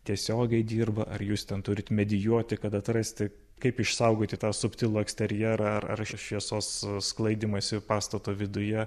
tiesiogiai dirba ar jūs ten turite medijuoti kad atrasti kaip išsaugoti tą subtilų eksterjerą ar ar šviesos sklaidymąsi pastato viduje